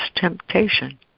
temptation